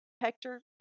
Hector